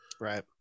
Right